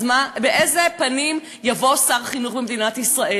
אז מה, באיזה פנים יבוא שר חינוך במדינת ישראל?